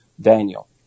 Daniel